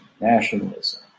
nationalism